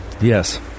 Yes